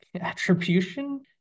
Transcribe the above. attribution